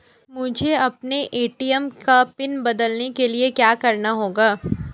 मुझे अपने ए.टी.एम का पिन बदलने के लिए क्या करना होगा?